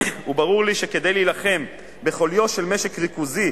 וברור לי שכדי להילחם בחוליו של משק ריכוזי